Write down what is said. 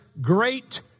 great